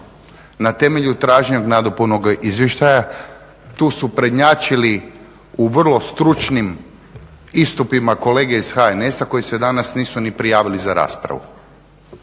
Na temelju tražene nadopune izvještaja tu su prednjačili u vrlo stručnim istupima kolege iz HNS-a koji se danas nisu ni prijavili za raspravu.